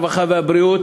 הרווחה והבריאות,